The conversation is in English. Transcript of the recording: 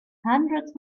hundreds